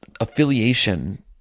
affiliation